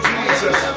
Jesus